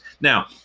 Now